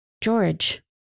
George